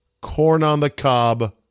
corn-on-the-cob